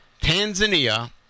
Tanzania